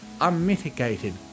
unmitigated